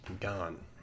gone